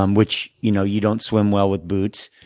um which, you know, you don't swim well with boots.